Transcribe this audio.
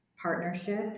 Partnership